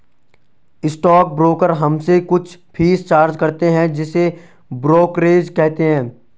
stock broker हमसे कुछ fees charge करते हैं जिसे ब्रोकरेज कहते हैं